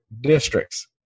districts